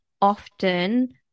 often